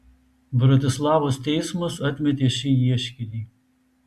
bratislavos teismas atmetė šį ieškinį